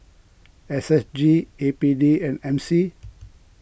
S S G A P D and M C